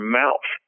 mouth